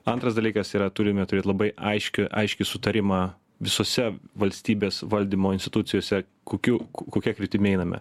antras dalykas yra turime turėt labai aiški aiški sutarimą visose valstybės valdymo institucijose kokiu kokia kryptimi einame